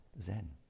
Zen